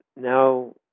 now